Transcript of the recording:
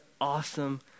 awesome